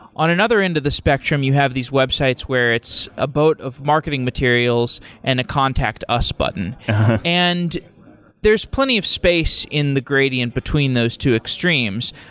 on another end of the spectrum, you have these websites where it's a boat of marketing materials and a contact us button and there's plenty of space in the gradient between those two extremes.